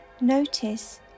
Notice